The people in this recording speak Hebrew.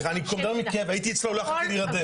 סליחה, אני הייתי אצלו, לא יכולתי להירדם.